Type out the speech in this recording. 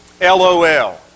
LOL